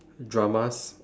dramas